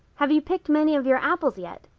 have you picked many of your apples yet?